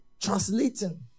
translating